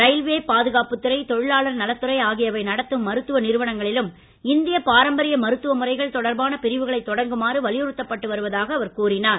railway பாதுகாப்புத்துறை தொழிலாளர் நலத்துறை ஆகியவை நடத்தும் மருத்துவ நிறுவனங்களிலும் இந்திய பாரம்பரிய மருத்துவ முறைகள் தொடர்பான பிரிவுகளை தொடங்குமாறு வலியுறுத்தப்பட்டு வருவதாக அவர் கூறினார்